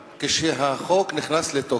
כשהחוק נכנס לתוקף,